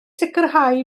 sicrhau